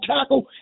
tackle